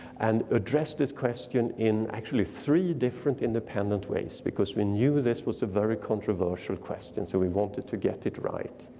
and addressed this question in actually three different, independent ways because we knew this was a very controversial question so we wanted to get it right.